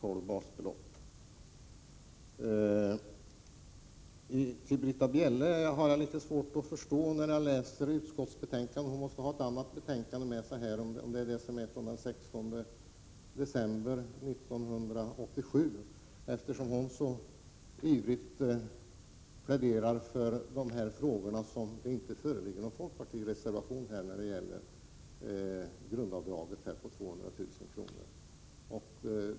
Britta Bjelle har jag litet svårt att förstå. Hon måste utgå från ett annat utskottsbetänkande än dagens, kanske från det som är daterat den 16 december 1987. Hon pläderar ju ivrigt för frågor där det nu inte föreligger någon folkpartireservation — bl.a. frågan om ett grundavdrag på 200 000 kr.